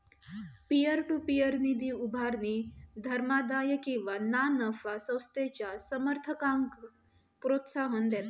peer to peer निधी उभारणी धर्मादाय किंवा ना नफा संस्थेच्या समर्थकांक प्रोत्साहन देता